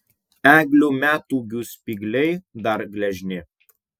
eglių metūgių spygliai dar gležni